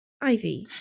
Ivy